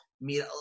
meet